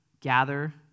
gather